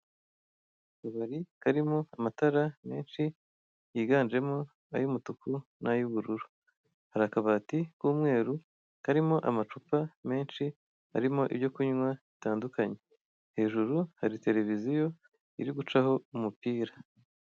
Akabari karimo amatara menshi yiganjemo ay'umutuku nay'ubururu, hari akabati k'umweru karimo amacupa menshi arimo ibyokunkwa bitandukanye, hejuru hari televiziyo iri gucaho umupira.